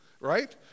right